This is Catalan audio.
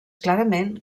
clarament